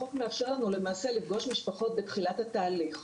החוק מאפשר לנו לפגוש משפחות בתחילת התהליך.